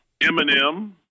Eminem